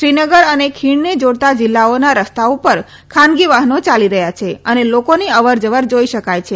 શ્રીનગર અને ખીણને જાડતા જિલ્લાઓના રસ્તા પર ખાનગી વાહનો ચાલે છે અને લોકોની અવરજવર જાઇ શકાય છે